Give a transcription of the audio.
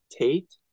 Tate